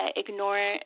ignore